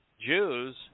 Jews